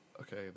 Okay